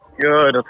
Good